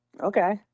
Okay